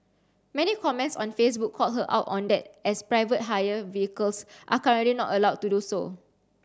many comments on Facebook called her out on that as private hire vehicles are currently not allowed to do so